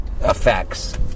effects